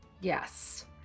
Yes